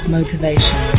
Motivation